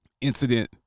incident